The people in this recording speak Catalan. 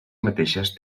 mateixes